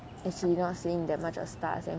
as we're not seeing that much of stars